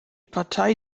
partei